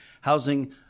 housing